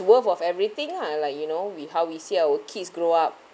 worth of everything lah like you know we how we see our kids grow up